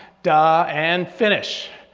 da and finish.